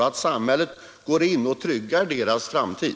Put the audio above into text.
Jag hoppas att samhället går in och tryggar deras framtid.